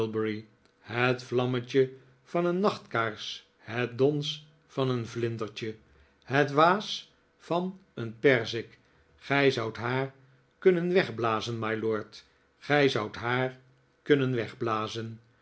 het vlammetje van een nachtkaars het dons van een vlindertje het waas van een perzik gij zoudt haar kunnen wegblazen mylord gij zoudt haar kunnen wegblazen